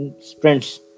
sprints